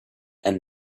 and